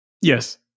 Yes